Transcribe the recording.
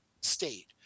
state